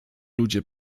ludzie